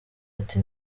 ati